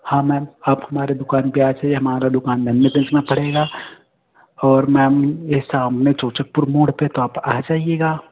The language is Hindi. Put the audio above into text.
हाँ मैम आप हमारे दुकान पर आज से हमारा दुकान पड़ेगा और मैम जैसा हम लोग चोचकपुर मोड पर तो आप आ जाइएगा